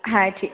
হ্যাঁ ঠিক